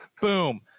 Boom